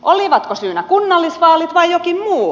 olivatko syynä kunnallisvaalit vai jokin muu